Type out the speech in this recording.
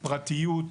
פרטיות,